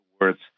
words